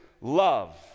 love